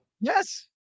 Yes